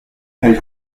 elle